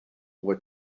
what